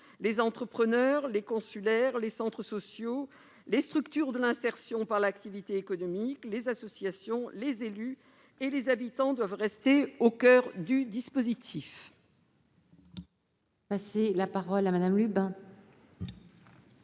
Les entrepreneurs, les chambres consulaires, les centres sociaux, les structures de l'insertion par l'activité économique, les associations, les élus et les habitants doivent rester au coeur du dispositif